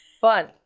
Fun